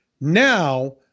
Now